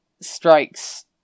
strikes